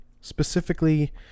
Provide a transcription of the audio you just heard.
specifically